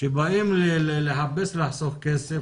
כשבאים לחפש לחסוך כסף,